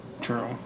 True